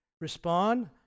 Respond